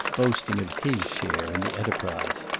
boasting of his share in the enterprise.